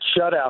shutout